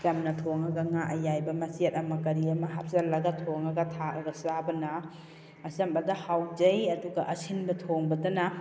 ꯆꯝꯅ ꯊꯣꯡꯉꯒ ꯉꯥ ꯑꯌꯥꯏꯕ ꯃꯆꯦꯠ ꯑꯃ ꯀꯔꯤ ꯑꯃ ꯍꯥꯞꯆꯜꯂꯒ ꯊꯣꯡꯉꯒ ꯊꯥꯛꯑꯒ ꯆꯥꯕꯅ ꯑꯆꯝꯕꯗ ꯍꯥꯎꯖꯩ ꯑꯗꯨꯒ ꯑꯁꯤꯟꯕ ꯊꯣꯡꯕꯗꯅ